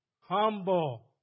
Humble